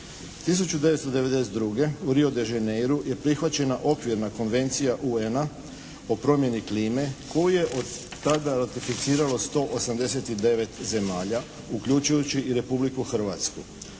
1992. u Rio de Janeiru je prihvaćena okvirna Konvencija UN-a o promjeni klime koju je od tada ratificiralo 189 zemalja uključujući i Republiku Hrvatsku